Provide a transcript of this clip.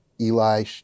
Eli